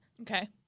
Okay